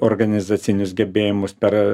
organizacinius gebėjimus per